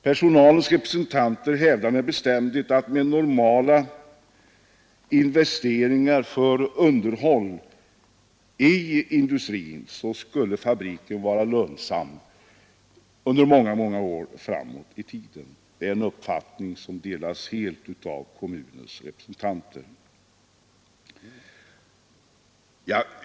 Personalens representanter hävdar med bestämdhet att med normala investeringar för underhåll i industrin skulle fabriken vara lönsam under många år framåt i tiden. Det är en uppfattning som delas helt av kommunens företrädare.